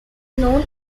known